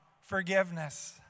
forgiveness